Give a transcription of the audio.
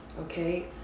Okay